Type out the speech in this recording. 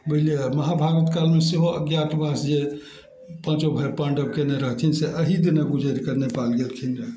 बुझलियै महाभारत कालमे सेहो अज्ञातवास जे पाँचो भाय पाण्डव कयने रहथिन से अहि दने गुजरि कऽ नेपाल गेलखिन रऽ